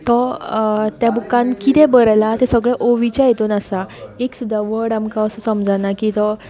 पूण तो त्या बूकान कितें बरयलां तें सगळें ओवीच्या हातून आसा एक सुद्दां वड आमकां असो समजना की तो